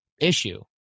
issue